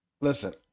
Listen